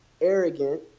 arrogant